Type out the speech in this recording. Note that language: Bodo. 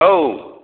औ